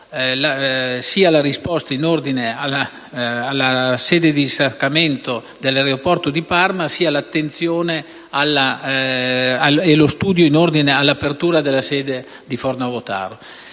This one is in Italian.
sia la risposta in ordine alla sede del distaccamento dell'aeroporto di Parma, sia l'attenzione e lo studio in ordine all'apertura della sede di Fornovo